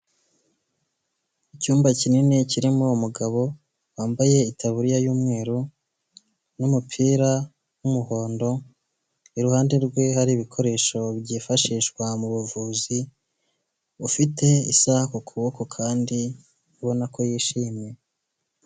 Icyumba kinini kirimo umugabo wambaye itaburiya y'umweru n'umupira w'umuhondo, iruhande rwe hari ibikoresho byifashishwa mu buvuzi bu ufite isaha ku kuboko kandi ubona ko yishimye.